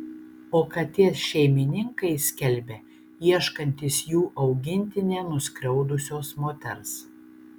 o katės šeimininkai skelbia ieškantys jų augintinę nuskriaudusios moters